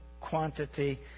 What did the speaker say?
quantity